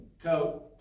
coat